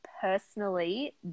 personally